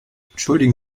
entschuldigen